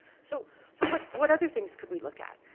so so what what other things could we look at?